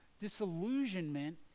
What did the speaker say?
Disillusionment